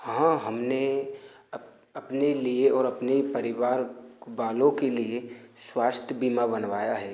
हाँ हमने अपने लिए और अपने परिवार वालों के लिए स्वास्थ्य बीमा बनवाया है